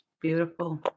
Beautiful